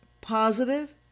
positive